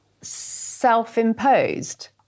self-imposed